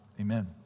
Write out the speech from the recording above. Amen